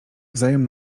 wzajem